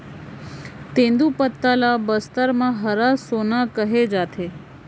तेंदूपत्ता ल बस्तर म हरा सोना कहे जाथे